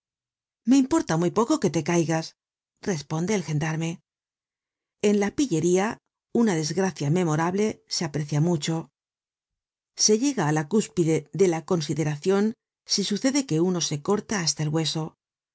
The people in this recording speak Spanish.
me importa muy poco que te caigas responde el gendarme en la pillería una desgracia memorable se aprecia mucho se lle ga á la cúspide de la consideracion si sucede que uno se corta t hasta el hueso